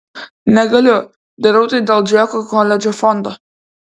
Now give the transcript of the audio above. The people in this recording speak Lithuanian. negaliu darau tai dėl džeko koledžo fondo